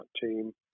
team